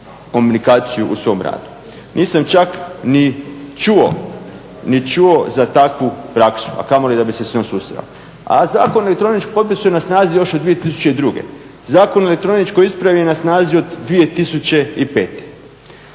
komunikaciju u svom radu. Nisam čak ni čuo za takvu praksu, a kamoli da bi se s njom susreo. A zakon o elektroničkom potpisu je na snazi još od 2002. Zakon o elektroničkoj ispravi je na snazi od 2005.